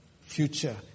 future